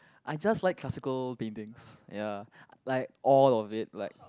I just like classical paintings ya like all of it like